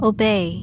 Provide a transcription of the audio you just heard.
Obey